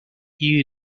you